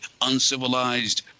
Uncivilized